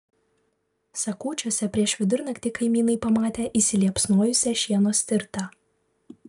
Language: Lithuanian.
sakūčiuose prieš vidurnaktį kaimynai pamatė įsiliepsnojusią šieno stirtą